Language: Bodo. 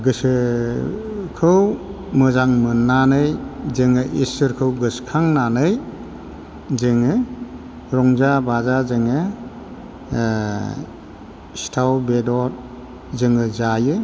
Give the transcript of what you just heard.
गोसोखौ मोजां मोननानै जोङो इसोरखौ गोसोखांनानै जोङो रंजा बाजा जोङो सिथाव बेदर जोङो जायो